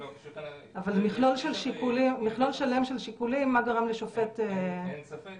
אבל מכלול שלם של שיקולים מה גרם לשופט --- אין ספק,